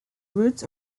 roots